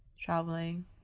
traveling